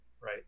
right